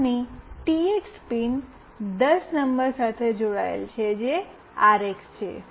અને આની TX pin 10 નંબર સાથે જોડાયેલ છે જે આરએક્સ છે